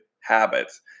habits